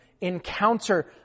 encounter